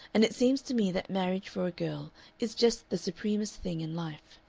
and it seems to me that marriage for a girl is just the supremest thing in life.